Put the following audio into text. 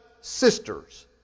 sisters